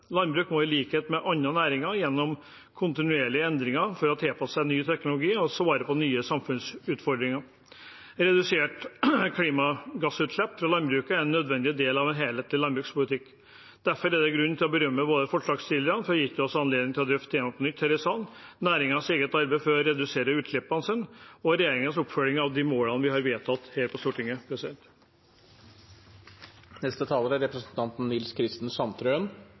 må i likhet med andre næringer gjennom kontinuerlige endringer for å tilpasse seg ny teknologi og svare på nye samfunnsutfordringer. Reduserte klimagassutslipp fra landbruket er en nødvendig del av en helhetlig landbrukspolitikk. Derfor er det grunn til å berømme både forslagsstillerne for å ha gitt oss anledning til å drøfte temaet på nytt her i salen, næringens eget arbeid for å redusere utslippene sine og regjeringens oppfølging av de målene vi har vedtatt her på Stortinget.